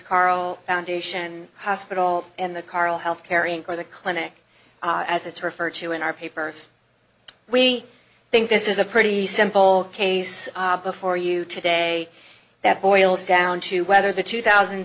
carle foundation hospital and the karl health carrying for the clinic as it's referred to in our papers we think this is a pretty simple case before you today that boils down to whether the two thousand